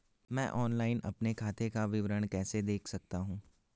मैं ऑनलाइन अपने खाते का विवरण कैसे देख सकता हूँ?